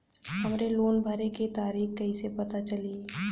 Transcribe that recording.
हमरे लोन भरे के तारीख कईसे पता चली?